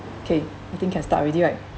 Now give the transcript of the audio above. okay I think can start already right